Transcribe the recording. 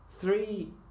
three